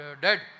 dead